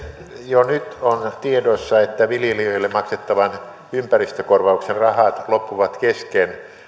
jo nyt on tiedossa että viljelijöille maksettavan ympäristökorvauksen rahat loppuvat kesken